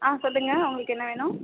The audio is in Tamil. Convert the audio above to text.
ஆ சொல்லுங்கள் உங்களுக்கு என்ன வேணும்